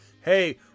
Hey